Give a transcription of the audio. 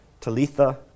Talitha